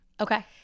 Okay